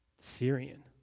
Syrian